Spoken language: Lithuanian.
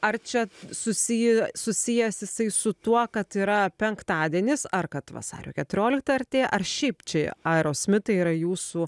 ar čia susij susijęs jisai su tuo kad yra penktadienis ar kad vasario keturiolikta artėja ar šiaip čia aerosmitai yra jūsų